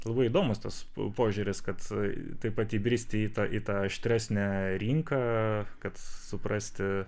labai įdomus tas požiūris kad tai taip pat įbristi į tą į tą aštresnę rinką kad suprasti